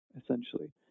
essentially